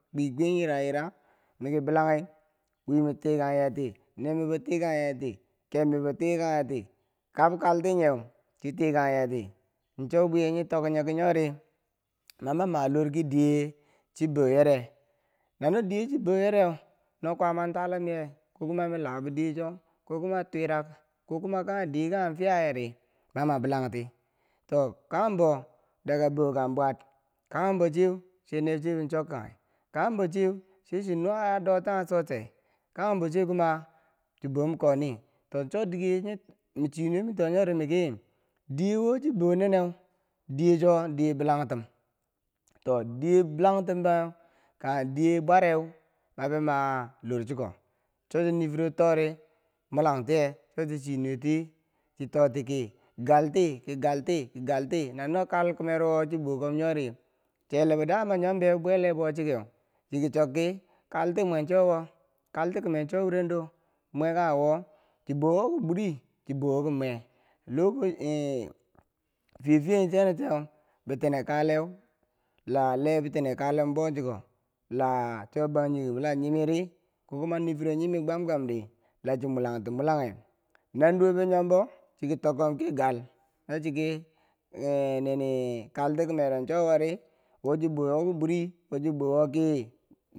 Kwikwiye yira yira miki bilanghi wimi tikang yeti neeb mebo tikang yeti kebmibo tikang yeti kab kaltinyeu chi tikang yeti cho bwiye nyi tok nyoki nyori mama ma lor kidiye chibouyeri nano diye chibouyereu no kwaama twa lumye koku min labo diyecho ko kuma twirek ko kuma kanghen dike kanghen fiya yeri maman bilangti to kanghembo daga boo ka bwar kanghembo cheu sai neeb chebo chukanghi kanghembo cheu che chin nuwa dotanghe so sai kanghembo cheu kuma chi bom koni cho dike min cheenuwe mito nyori miki diye wochi bo neneu diye cho diye bilangtum to diye bilangtumbeu kanghe diye bwareu mabi ma lor chuko cho- cho nifirtori mulangtiye cho chi chinuweti chi toti ki galti ki galti galtai nano kalkumero wo chi bou kom nyori chelebo daman nyombeu bwe lee bou bo chikeu, chiki chok ki kalti mwe cho wo kalti kime cho wuren do mwe kanghe wo chi bo wo ki bwiri chibowo kime lochi nh fiye fiye chanocho bitine kaleu la le bitikaale bouchiko lacho bangjinghebo la nyimi ri kokuma nifiro nyimi gwam gwamdi lachi mulangti mulangheu nanduwo bi nyombo chiki tokang ki gal no chiki eh nini kalti kumero cho wori wo chi bo wo ki bwiri wo chi bo wo ki,